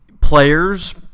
players